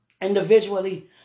individually